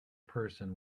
person